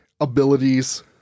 abilities